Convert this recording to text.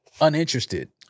uninterested